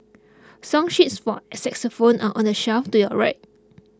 song sheets for xylophones are on the shelf to your right